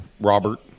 robert